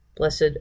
Blessed